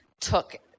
took